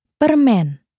Permen